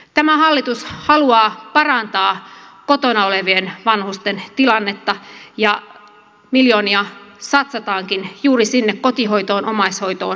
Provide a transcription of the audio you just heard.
tämä hallitus haluaa parantaa kotona olevien vanhusten tilannetta ja miljoonia satsataankin juuri sinne kotihoitoon omaishoitoon ja perhehoitoon